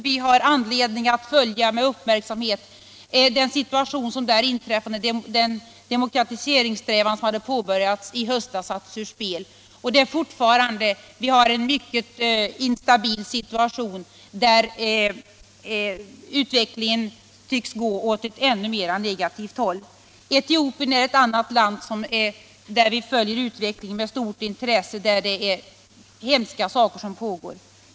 Vi har anledning att med uppmärksamhet följa den situation som inträffade där när de demokratiseringssträvanden som påbörjades i höstas sattes ur spel. Situationen där är fortfarande mycket instabil och utvecklingen tycks gå åt ett ännu mer negativt håll än hittills. Etiopien är ett annat land där vi följer utvecklingen med stort intresse och där hemska saker pågår.